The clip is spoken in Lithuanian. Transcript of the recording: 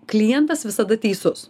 klientas visada teisus